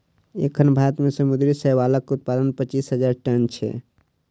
एखन भारत मे समुद्री शैवालक उत्पादन पच्चीस हजार टन छै